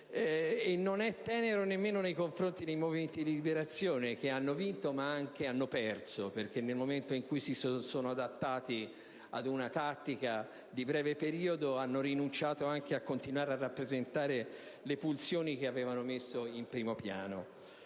Non è tenero nemmeno nei confronti dei Movimenti di liberazione, che hanno vinto ma hanno anche perso, perché nel momento in cui si sono adattati ad una tattica di breve periodo hanno rinunciato anche a continuare a rappresentare le funzioni che avevano messo in primo piano.